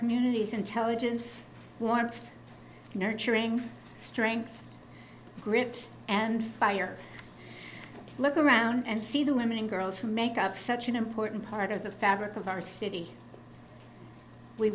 communities intelligence warmth nurturing strength grit and fire look around and see the women and girls who make up such an important part of the fabric of our city we